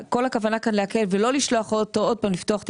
כל הכוונה כאן להקל ולא לשלוח אותו עוד פעם לפתוח תיק.